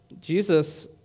Jesus